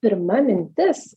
pirma mintis